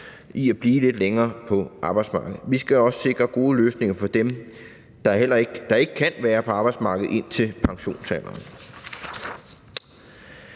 i at blive lidt længere på arbejdsmarkedet. Vi skal også sikre gode løsninger for dem, der ikke kan være på arbejdsmarkedet indtil pensionsalderen.